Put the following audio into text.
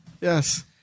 Yes